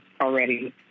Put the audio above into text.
already